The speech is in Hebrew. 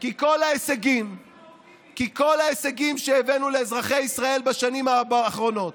כי כל ההישגים שהבאנו לאזרחי ישראל בשנים האחרונות,